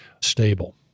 stable